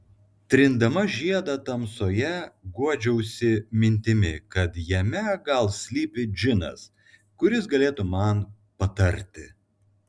trindama žiedą tamsoje guodžiausi mintimi kad jame gal slypi džinas kuris galėtų man patarti